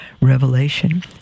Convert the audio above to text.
Revelation